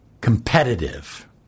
Competitive